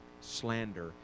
slander